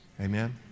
Amen